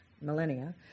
millennia